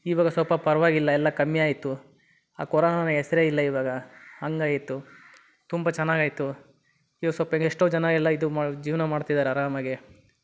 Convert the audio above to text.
ಇವಾಗ ಸ್ವಲ್ಪ ಪರವಾಗಿಲ್ಲ ಎಲ್ಲ ಕಮ್ಮಿ ಆಯಿತು ಆ ಕೊರೋನಾನ್ನ ಹೆಸ್ರೇ ಇಲ್ಲ ಇವಾಗ ಹಂಗ್ ಆಗಿತ್ತು ತುಂಬ ಚೆನ್ನಾಗಾಯ್ತು ಇವಾಗ ಸ್ವಲ್ಪ ಎಷ್ಟೋ ಜನ ಎಲ್ಲ ಇದು ಮಾ ಜೀವನ ಮಾಡ್ತಿದಾರೆ ಅರಾಮಾಗೇ